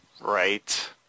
Right